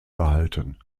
gehalten